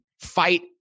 fight